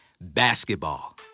Basketball